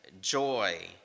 joy